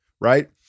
right